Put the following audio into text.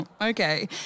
Okay